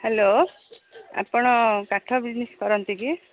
hello ଆପଣ କାଠ business କରନ୍ତି କି